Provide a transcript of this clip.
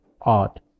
odd